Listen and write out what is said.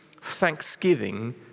thanksgiving